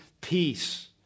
peace